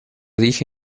dije